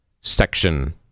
section